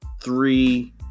three